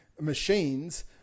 machines